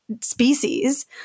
species